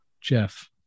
Jeff